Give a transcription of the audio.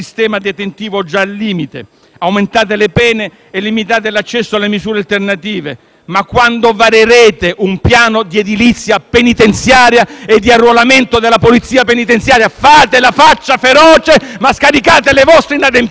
aumentate le pene e limitate l'accesso alle misure alternative, ma quando varerete un piano di edilizia penitenziaria e di arruolamento di polizia penitenziaria? Fate la faccia feroce, ma scaricate le vostre inadempienze sul sistema!